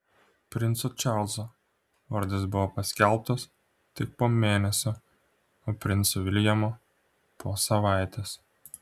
princo čarlzo vardas buvo paskelbtas tik po mėnesio o princo viljamo po savaitės